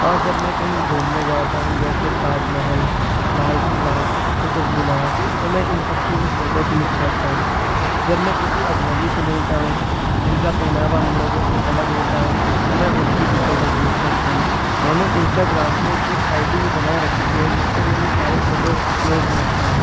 اور جب میں کہیں گھومنے جاتا ہوں جیسے تاج محل لال قلعہ قطب مینار تو میں ان سب کی بھی فوٹو کلک کرتا ہوں جب میں کسی اجنبی سے ملتا ہوں جن کا پہناوہ ہم لوگوں سے الگ ہوتا ہے تو میں ان کی بھی فوٹو کلک کرتا ہوں میں نے انسٹاگرام پہ ایک آئی ڈی بھی بنا رکھی ہے جس پہ میں یہ سارے فوٹوز اپلوڈ کرتا ہوں